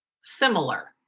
similar